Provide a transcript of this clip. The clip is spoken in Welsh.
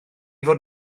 fod